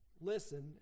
listen